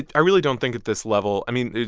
and i really don't think at this level. i mean,